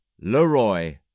Leroy